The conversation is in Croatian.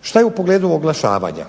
Što je u pogledu oglašavanja,